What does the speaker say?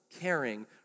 caring